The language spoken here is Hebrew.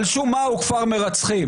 על שום מה הוא כפר מרצחים?